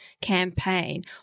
campaign